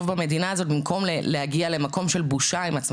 במדינה הזאת במקום להגיע למקום של בושה עם עצמן,